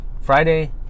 friday